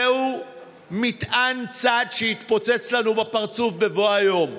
זהו מטען צד שיתפוצץ לנו בפרצוף בבוא היום.